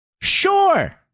sure